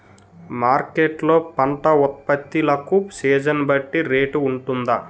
Market లొ పంట ఉత్పత్తి లకు సీజన్ బట్టి రేట్ వుంటుందా?